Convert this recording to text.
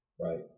right